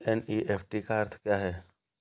NEFT का अर्थ क्या है?